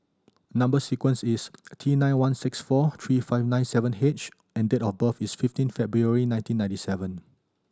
number sequence is T nine one six four three five nine seven H and date of birth is fifteen February nineteen ninety seven